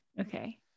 Okay